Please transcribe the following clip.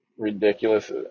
ridiculous